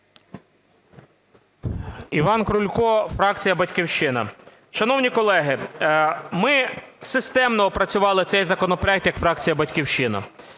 Іван Крулько, фракція "Батьківщина". Шановні колеги, ми системно опрацювали цей законопроект як фракція "Батьківщина"